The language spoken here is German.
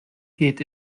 geht